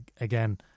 again